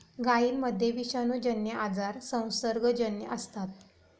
गायींमध्ये विषाणूजन्य आजार संसर्गजन्य असतात